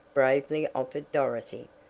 bravely offered dorothy.